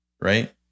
Right